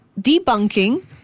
debunking